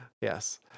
Yes